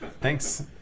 Thanks